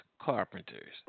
carpenters